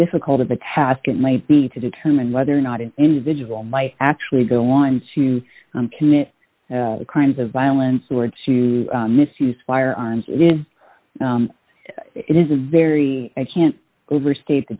difficult of a task it might be to determine whether or not an individual might actually go on to commit crimes of violence or to misuse firearms it is it is a very i can't overstate the